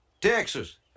Texas